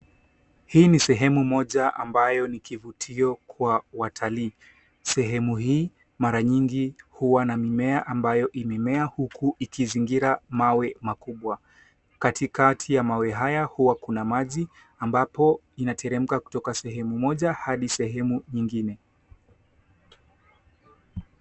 Hii ni sehemu moja ambayo ni kivutio kwa watalii. Sehemu hii mara nyingi huwa na mimea amabyo mimea huku ikizingira mawe makubwa. Katikati ya mawe haya kuna maji ambapo inateremeka kutoka sehemu moja hadi sehemu nyingine.